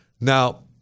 Now